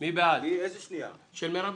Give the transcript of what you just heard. מי בעד ההסתייגות של אמיר אוחנה?